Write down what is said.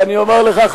ואני אומר לך,